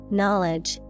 knowledge